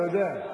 אתה יודע.